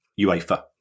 UEFA